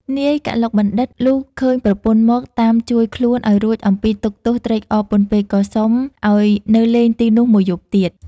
នាយកឡុកបណ្ឌិត លុះឃើញប្រពន្ធមក តាមជួយខ្លួនឲ្យរួចអំពីទុក្ខទោស ត្រេកអរពន់ពេក ក៏សុំឲ្យនៅលេងទីនោះមួយយប់ទៀត ។